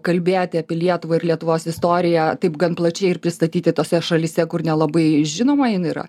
kalbėti apie lietuvą ir lietuvos istoriją taip gan plačiai ir pristatyti tose šalyse kur nelabai žinoma jinai yra